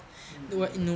mm mm mm